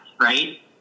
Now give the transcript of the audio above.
right